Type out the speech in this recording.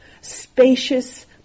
spacious